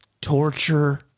torture